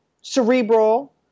cerebral